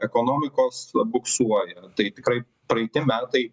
ekonomikos buksuoja tai tikrai praeiti metai